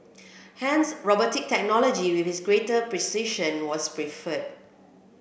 hence robotic technology with its greater precision was preferred